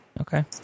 okay